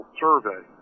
survey